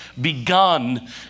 begun